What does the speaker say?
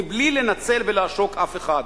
מבלי לנצל ולעשוק אף אחד.